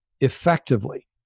effectively